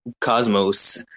Cosmos